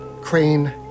Crane